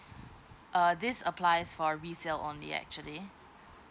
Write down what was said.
err this applies for resale only actually